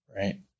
Right